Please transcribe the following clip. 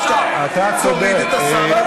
יהיו אנשים, תצביעו.